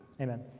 Amen